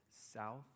south